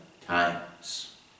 times